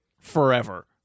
forever